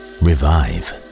revive